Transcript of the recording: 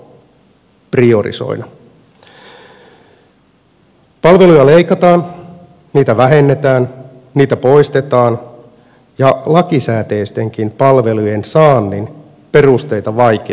palveluja leikataan niitä vähennetään niitä poistetaan ja lakisääteistenkin palvelujen saannin perusteita vaikeutetaan